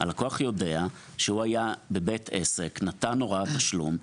הלקוח יודע שהוא היה בבית עסק, נתן הוראת תשלום.